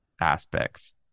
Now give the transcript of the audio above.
aspects